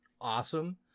awesome